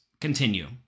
continue